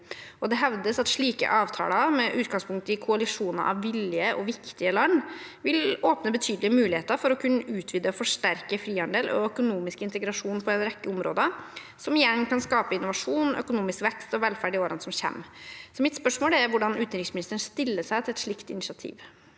Det hevdes at slike avtaler, med utgangspunkt i koalisjoner av villige og viktige land, vil åpne betydelige muligheter for å kunne utvide og forsterke frihandel og økonomisk integrasjon på en rekke områder, som igjen kan skape innovasjon, økonomisk vekst og velferd i årene som kommer. Mitt spørsmål er: Hvordan stiller utenriksministeren seg til et slikt initiativ?